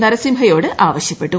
നരസിംഹയോടാവശ്യപ്പെട്ടു